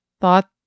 thought